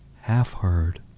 half-heard